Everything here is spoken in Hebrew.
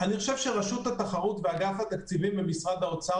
אני חושב שרשות התחרות ואגף התקציבים במשרד האוצר